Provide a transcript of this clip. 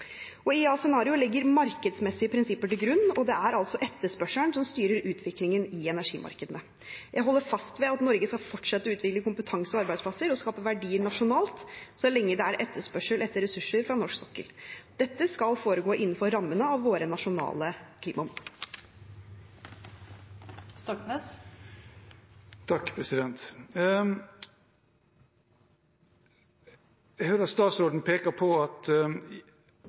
scenario legger markedsmessige prinsipper til grunn, og det er altså etterspørselen som styrer utviklingen i energimarkedene. Jeg holder fast ved at Norge skal fortsette å utvikle kompetanse og arbeidsplasser og skape verdier nasjonalt så lenge det er etterspørsel etter ressurser fra norsk sokkel. Dette skal foregå innenfor rammene av våre nasjonale klimamål. Jeg hører statsråden peke på at